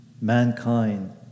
Mankind